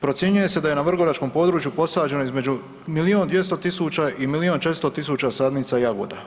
Procjenjuje se da je na vrgoračkom području posađeno između milijun 200 tisuća i milijun 400 tisuća sadnica jagoda.